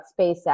SpaceX